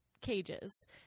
cages